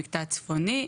מקטע צפוני,